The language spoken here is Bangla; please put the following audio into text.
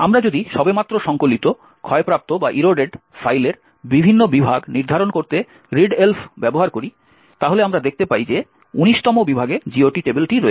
আমরা যদি সবেমাত্র সংকলিত ক্ষয়প্রাপ্ত ফাইলের বিভিন্ন বিভাগ নির্ধারণ করতে readelf ব্যবহার করি তাহলে আমরা দেখতে পাই যে 19 তম বিভাগে GOT টেবিল রয়েছে